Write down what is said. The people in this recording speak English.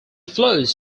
flows